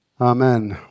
Amen